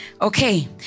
Okay